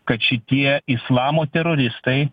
kad šitie islamo teroristai